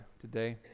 today